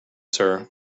sir